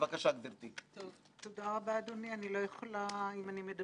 מלהודות לך מקרב לב על הדברים הכל כך חמים שאמרת לי.